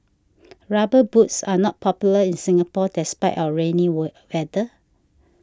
rubber boots are not popular in Singapore despite our rainy were weather